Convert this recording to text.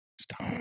stop